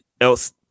else